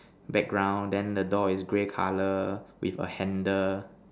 background then the door is grey color with a handle